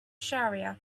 shariah